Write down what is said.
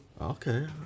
Okay